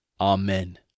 Amen